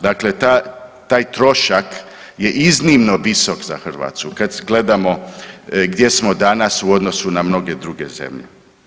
Dakle, ta, taj trošak je iznimno visok za Hrvatsku kad gledamo gdje smo danas u odnosu na mnoge druge zemlje.